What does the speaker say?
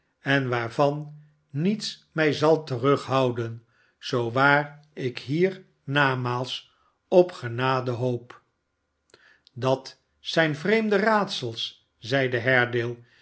en waarvan niets mij zal terughouden zoo waar ik hier namaals op genade hoop dat zijn vreemde raadsels zeide